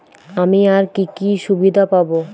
আমি আর কি কি সুবিধা পাব?